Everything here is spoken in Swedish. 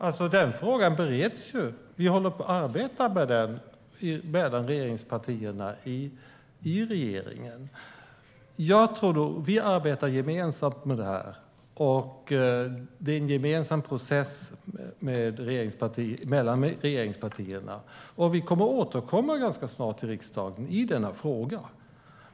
Fru talman! Den frågan bereds. Regeringspartierna håller på och arbetar med den i regeringen. Vi arbetar gemensamt med det här. Det är en gemensam process mellan regeringspartierna. Vi kommer att återkomma ganska snart till riksdagen i denna fråga.